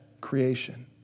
creation